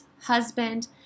husband